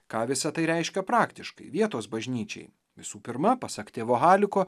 ką visa tai reiškia praktiškai vietos bažnyčiai visų pirma pasak tėvo haliko